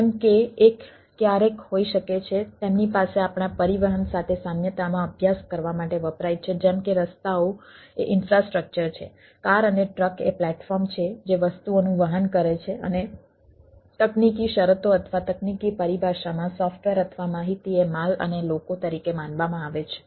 જેમ કે એક ક્યારેક હોઈ શકે છે તેમની પાસે આપણા પરિવહન સાથે સામ્યતામાં અભ્યાસ કરવા માટે વપરાય છે જેમ કે રસ્તાઓ એ ઇન્ફ્રાસ્ટ્રક્ચર છે કાર અથવા માહિતી એ માલ અને લોકો તરીકે માનવામાં આવે છે